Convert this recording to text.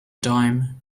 dime